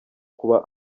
kuba